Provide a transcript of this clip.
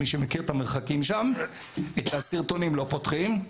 את הסרטונים לא פותחים.